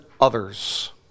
others